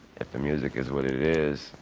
if the music is what it is,